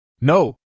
No